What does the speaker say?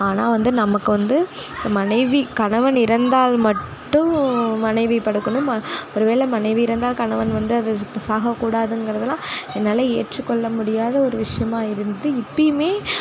ஆனால் வந்து நமக்கு வந்து மனைவி கணவன் இறந்தால் மட்டும் மனைவி படுக்கணும் ஒரு வேளை மனைவி இறந்தால் கணவன் வந்து அது சாகக் கூடாதுங்கிறதெல்லாம் என்னால் ஏற்றுக்கொள்ள முடியாத ஒரு விஷயமாக இருந்து இப்போயுமே